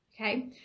okay